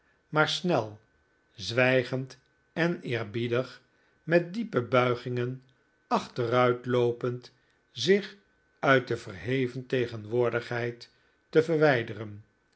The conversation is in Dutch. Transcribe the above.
maar snel zwijgend en eerbiedig met diepe buigingen achteruit loopend zich uit de verheven tegenwoordigheid te verwijderen